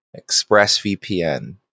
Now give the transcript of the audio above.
ExpressVPN